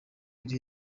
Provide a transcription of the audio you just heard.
biri